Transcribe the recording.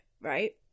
right